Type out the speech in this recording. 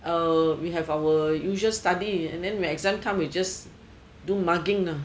uh we have our usual study and when exam come we just do mugging ah